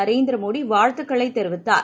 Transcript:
நரேந்திர மோடி வாழ்த்துகளைத் தெரிவித்தார்